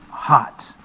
hot